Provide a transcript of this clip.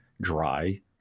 dry